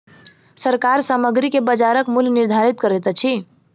सरकार सामग्री के बजारक मूल्य निर्धारित करैत अछि